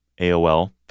AOL